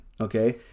Okay